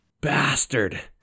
bastard